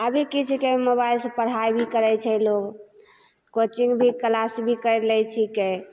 अभी की छिकै मोबाइलसँ पढ़ाइ भी करय छै लोग कोचिंग भी क्लास भी करि लै छिकै